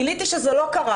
גיליתי שזה לא קרה